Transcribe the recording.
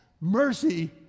mercy